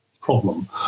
problem